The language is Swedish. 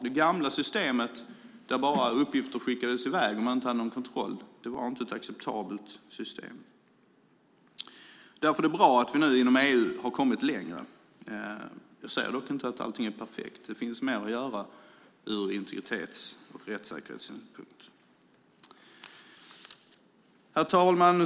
Det gamla systemet, där uppgifterna bara skickades i väg utan kontroll, var inte acceptabelt. Därför är det bra att vi nu inom EU har kommit längre. Jag säger dock inte att allting är perfekt; det finns mer att göra ur integritets och rättssäkerhetssynpunkt. Herr talman!